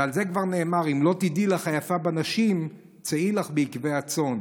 ועל זה כבר נאמר: "אם לא תדעי לך היפה בנשים צאי לך בעקבי הצאן".